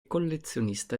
collezionista